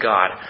God